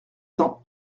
cents